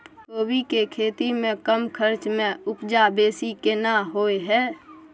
कोबी के खेती में कम खर्च में उपजा बेसी केना होय है?